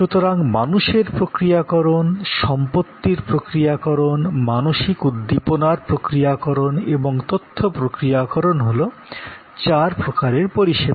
সুতরাং মানুষের প্রক্রিয়াকরণ সম্পত্তির প্রক্রিয়াকরণ মানসিক উদ্দীপনার প্রক্রিয়াকরন এবং তথ্য প্রক্রিয়াকরণ হল চার প্রকারের পরিষেবা